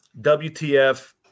WTF